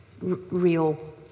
real